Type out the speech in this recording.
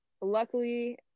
luckily